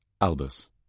Albus